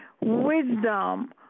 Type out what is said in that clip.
wisdom